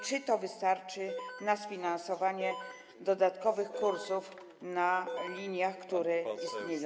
Czy to wystarczy na sfinansowanie dodatkowych kursów na liniach, które istnieją?